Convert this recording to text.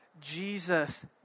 Jesus